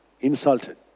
insulted